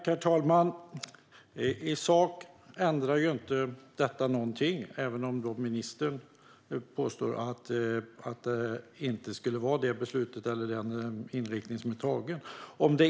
Herr talman! I sak ändrar detta ingenting, även om ministern påstår att det inte skulle vara den inriktningen som är beslutad.